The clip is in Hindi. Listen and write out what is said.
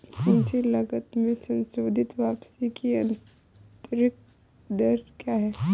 पूंजी लागत में संशोधित वापसी की आंतरिक दर क्या है?